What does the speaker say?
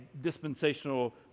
dispensational